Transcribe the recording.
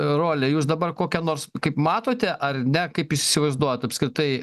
rolę jūs dabar kokią nors kaip matote ar ne kaip jūs įsivaizduojat apskritai